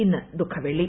ഇന്ന് ദുഃഖവെള്ളി